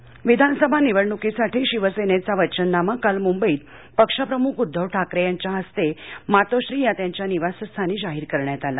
शिवसेना विधानसभा निवडणुकीसाठी शिवसेनेचा वचननामा काल मुंबईत पक्षप्रमुख उद्दव ठाकरे यांच्या हस्ते मातोश्री या त्यांच्या निवासस्थानी जाहीर करण्यात आला